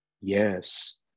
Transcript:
Yes